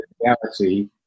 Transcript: reality